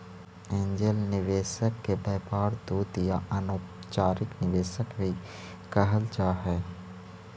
angel निवेशक के व्यापार दूत या अनौपचारिक निवेशक भी कहल जा हई